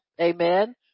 amen